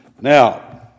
now